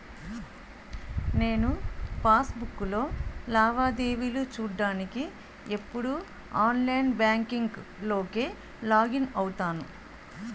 నేను పాస్ బుక్కులో లావాదేవీలు చూడ్డానికి ఎప్పుడూ ఆన్లైన్ బాంకింక్ లోకే లాగిన్ అవుతాను